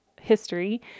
history